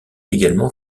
également